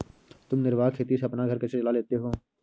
तुम निर्वाह खेती से अपना घर कैसे चला लेते हो?